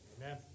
Amen